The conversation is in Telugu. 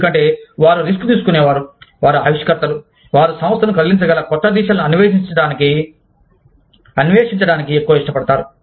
ఎందుకంటే వారు రిస్క్ తీసుకునేవారు వారు ఆవిష్కర్తలు వారు సంస్థను కదిలించగల కొత్త దిశలను అన్వేషించడానికి ఎక్కువ ఇష్టపడతారు